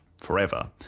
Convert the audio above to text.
forever